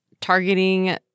targeting